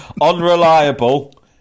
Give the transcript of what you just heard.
Unreliable